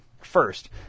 first